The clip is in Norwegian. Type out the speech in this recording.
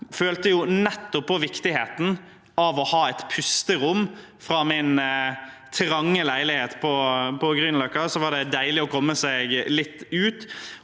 følte nettopp på viktigheten av å ha et pusterom fra min trange leilighet på Grünerløkka. Det var deilig å komme seg litt ut.